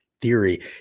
theory